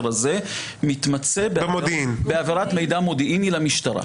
הזה הוא בהעברת מידע מודיעיני למשטרה.